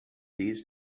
these